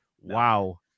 Wow